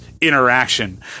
interaction